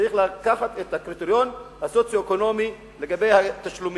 צריך לקחת את הקריטריון הסוציו-אקונומי לגבי התשלומים.